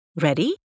Ready